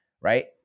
Right